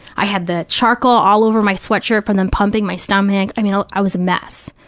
i had the charcoal all over my sweatshirt from them pumping my stomach. i mean, i i was a mess.